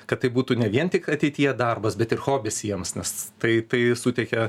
kad tai būtų ne vien tik ateityje darbas bet ir hobis jiems nes tai tai suteikia